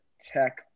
tech